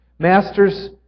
Masters